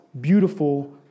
beautiful